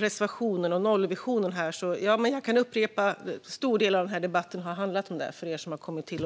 reservationen om nollvisionen kan jag för er som har kommit till upprepa att en stor del av debatten har handlat om det.